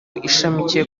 ishamikiye